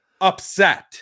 upset